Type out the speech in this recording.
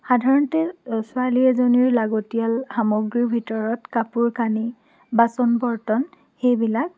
সাধাৰণতে ছোৱালী এজনীৰ লাগতিয়াল সামগ্ৰীৰ ভিতৰত কাপোৰ কানি বাচন বৰ্তন সেইবিলাক